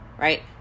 Right